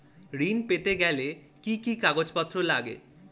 ঋণ পেতে গেলে কি কি কাগজপত্র লাগে?